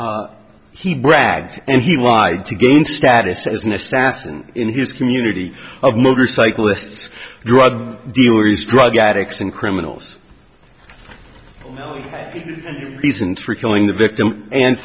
he bragged and he wide to gain status as an assassin in his community of motorcyclists drug dealers drug addicts and criminals no reasons for killing the victim and